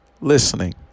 listening